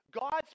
God's